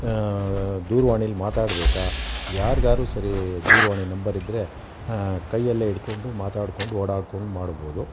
ದೂರ್ವಾಣಿಲಿ ಮಾತಾಡಬೇಕಾ ಯಾರ್ಗಾದ್ರೂ ಸರಿ ದೂರವಾಣಿ ನಂಬರ್ ಇದ್ದರೆ ಕೈಯಲ್ಲೇ ಹಿಡ್ಕೊಂಡು ಮಾತಾಡ್ಕೊಂಡು ಓಡಾಡ್ಕೊಂಡು ಮಾಡ್ಬೋದು